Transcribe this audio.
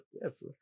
yes